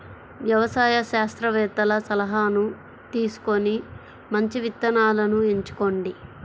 వ్యవసాయ శాస్త్రవేత్తల సలాహాను తీసుకొని మంచి విత్తనాలను ఎంచుకోండి